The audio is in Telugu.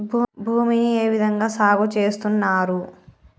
భూమిని ఏ విధంగా సాగు చేస్తున్నారు?